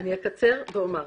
וכך אעשה.